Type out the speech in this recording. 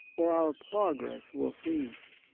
or our progress will cease.